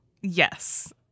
Yes